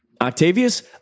Octavius